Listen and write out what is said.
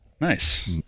Nice